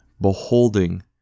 beholding